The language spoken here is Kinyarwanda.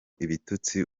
ibitutsi